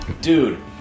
Dude